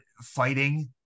fighting